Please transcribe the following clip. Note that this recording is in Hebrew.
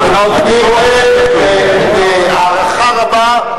לא בירכו את האדם הכי